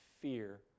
fear